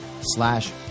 slash